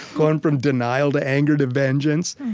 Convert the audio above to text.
going from denial to anger to vengeance.